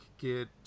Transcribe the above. get